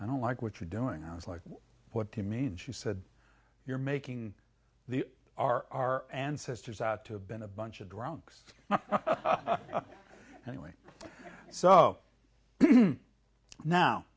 i don't like what you're doing i was like what do you mean she said you're making the our ancestors out to been a bunch of drunks anyway so now